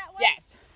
yes